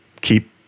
keep